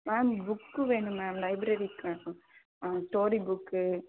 ma'am book வேணும் ma'am லைப்ரரிக்காக story book